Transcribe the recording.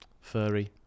Furry